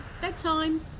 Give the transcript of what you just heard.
Bedtime